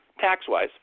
tax-wise